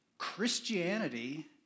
Christianity